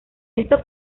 esto